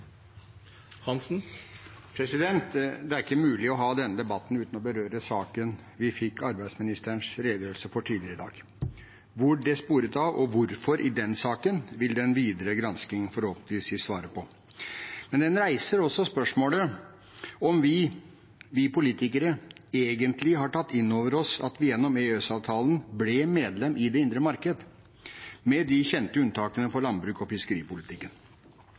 Det er ikke mulig å ha denne debatten uten å berøre den saken vi fikk arbeidsministerens redegjørelse om tidligere i dag. Hvor det sporet av, og hvorfor det gjorde det i den saken, vil den videre gransking forhåpentligvis gi svaret på. Men den reiser også spørsmålet om vi – vi politikere – egentlig har tatt inn over oss at vi gjennom EØS-avtalen ble medlem i det indre marked, med de kjente unntakene for landbrukspolitikken og fiskeripolitikken.